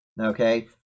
okay